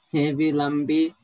Hevilambi